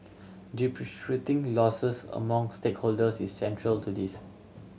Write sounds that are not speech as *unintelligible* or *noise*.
*unintelligible* losses among stakeholders is central to this